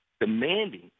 demanding